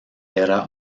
era